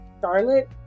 Charlotte